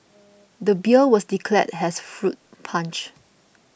the beer was declared as fruit punch